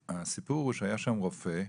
הסיפור הוא שהיה שם רופא,